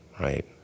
right